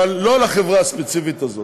אבל לא לחברה הספציפית הזאת.